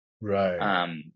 right